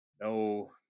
no –